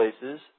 places